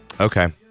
Okay